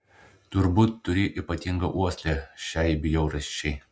turbūt turi ypatingą uoslę šiai bjaurasčiai